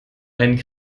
einen